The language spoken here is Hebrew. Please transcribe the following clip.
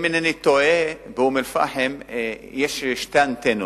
אם אינני טועה, באום-אל-פחם יש שתי אנטנות: